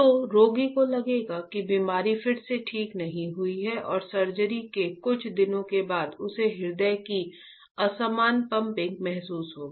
तो रोगी को लगेगा कि बीमारी फिर से ठीक नहीं हुई है और सर्जरी के कुछ दिनों के बाद उसे हृदय की असमान पंपिंग महसूस होगी